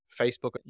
Facebook